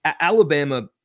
Alabama